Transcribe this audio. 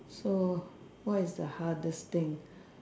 so what is the hardest thing